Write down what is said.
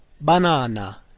Banana